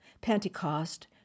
Pentecost